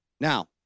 now